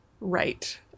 right